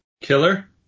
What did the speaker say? Killer